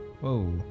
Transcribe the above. Whoa